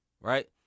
right